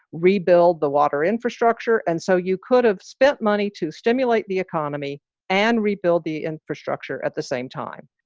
rebuild the water infrastructure. and so you could have spent money to stimulate the economy and rebuild the infrastructure at the same time